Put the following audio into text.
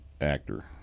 actor